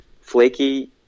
Flaky